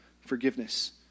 forgiveness